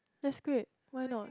that's great why not